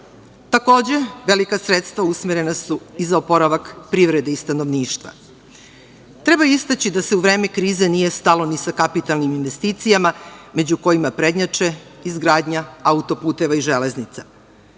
velika sredstva usmerena su i za oporavak privrede i stanovništva. Treba istaći da se u vreme krize nije stalo ni sa kapitalnim investicijama, među kojima prednjače izgradnja auto-puteva i železnica. Da